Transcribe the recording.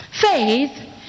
Faith